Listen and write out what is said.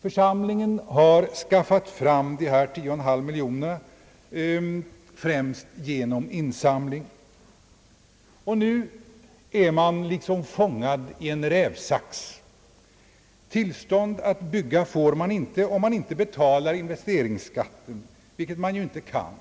Församlingen har skaffat fram de här 10 1/2 miljonerna främst genom insamling, och nu är man liksom fångad i en rävsax. Tillstånd att bygga får man inte om man inte betalar investeringsskatten, vilket man inte kan,